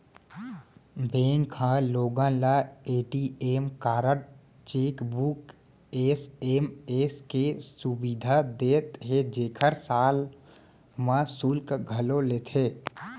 bank ह लोगन ल ए.टी.एम कारड, चेकबूक, एस.एम.एस के सुबिधा देवत हे जेकर साल म सुल्क घलौ लेथे